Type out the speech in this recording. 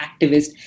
activist